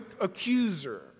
accuser